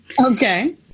Okay